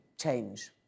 change